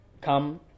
come